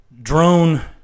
Drone